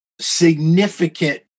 significant